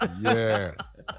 Yes